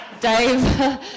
Dave